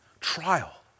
trial